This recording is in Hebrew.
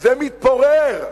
זה מתפורר.